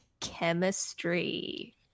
chemistry